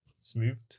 Smooth